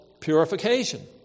purification